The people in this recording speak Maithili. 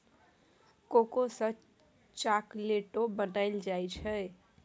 कोको सँ चाकलेटो बनाइल जाइ छै